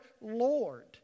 Lord